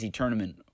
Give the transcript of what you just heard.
tournament